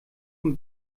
von